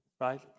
right